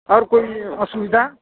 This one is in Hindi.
और कोई असुविधा